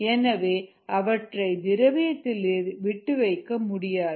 எனவே அவற்றை திரவியத்தில் விட்டு வைக்க முடியாது